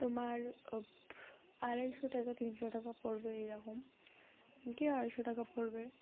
তোমার আড়াইশো টাকা তিনশো টাকা পড়বে এইরকম কেউ আড়াইশো টাকা পড়বে